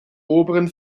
oberen